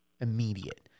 Immediate